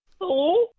hello